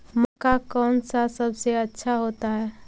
मक्का कौन सा सबसे अच्छा होता है?